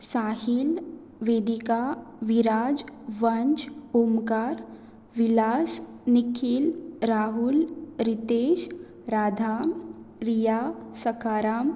Sahil Vedika Viraj Vansh Omkar Vilas Nikhil Rahul Ritesh Radha Riya Sakharam